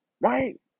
Right